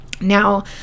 Now